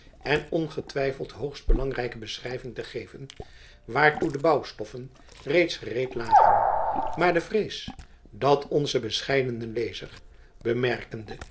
en ongetwijfeld hoogst belangrijke beschrijving te geven waartoe de bouwstoffen reeds gereed lagen maar de vrees dat onze bescheidene lezer